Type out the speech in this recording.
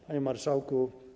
Panie Marszałku!